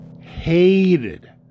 hated